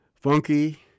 funky